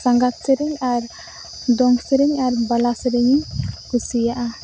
ᱥᱟᱸᱜᱟᱛ ᱥᱮᱨᱮᱧ ᱟᱨ ᱫᱚᱝ ᱥᱮᱨᱮᱧ ᱟᱨ ᱵᱟᱞᱟ ᱥᱮᱨᱮᱧᱤᱧ ᱠᱩᱥᱤᱭᱟᱜᱼᱟ